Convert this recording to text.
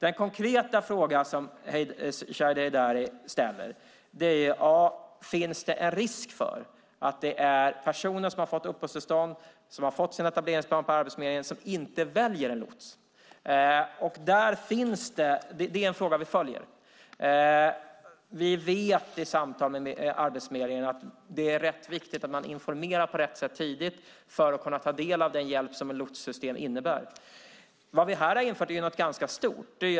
Den konkreta fråga som Shadiye Heydari ställer är: Finns det en risk för att personer som har fått uppehållstillstånd och som har fått sin etableringsplan på Arbetsförmedlingen inte väljer en lots? Det är en fråga vi följer. Efter samtal med Arbetsförmedlingen vet vi att det är rätt viktigt att man informerar på rätt sätt tidigt för att människor ska kunna ta del av den hjälp som ett lotssystem innebär. Det vi har infört här är något ganska stort.